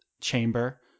chamber